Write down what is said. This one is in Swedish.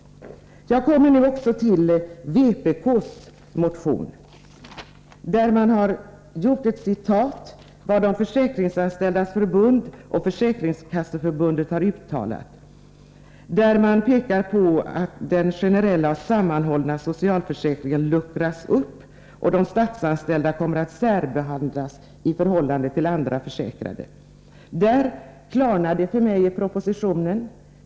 Jag vill också ta upp vpk:s motion, där det gjorts ett citat av vad Försäkringsanställdas förbund och Försäkringskasseförbundet har uttalat. Man pekar på att den generella och sammanhållna socialförsäkringen luckras upp och att de statsanställda kommer att särbehandlas i förhållande till andra försäkrade. På den punkten klarnar det för mig genom det som föreslagits i propositionen.